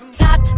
top